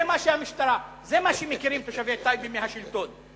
זה מה שמכירים תושבי טייבה מהשלטון.